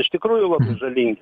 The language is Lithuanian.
iš tikrųjų labai žalingi